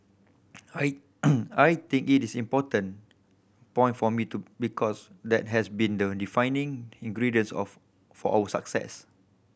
I I think it is important point for me to because that has been the defining ingredient of for our success